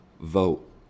vote